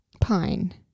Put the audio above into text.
Pine